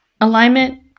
alignment